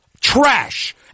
Trash